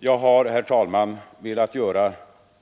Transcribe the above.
Jag har, herr talman, velat göra